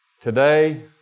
today